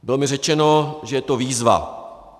Bylo mi řečeno, že je to výzva.